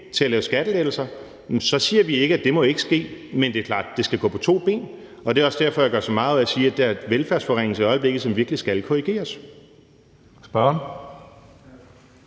til at lave skattelettelser for, så siger vi ikke, at det ikke må ske. Men det er klart, at det skal gå på to ben, og det er også derfor, jeg gør så meget ud af at sige, at der er en velfærdsforringelse i øjeblikket, som virkelig skal korrigeres.